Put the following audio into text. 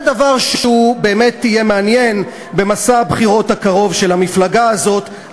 אני חושב שזה דבר שבאמת יהיה מעניין במסע הבחירות הקרוב של המפלגה הזאת,